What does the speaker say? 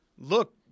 look